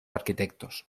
arquitectos